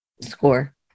score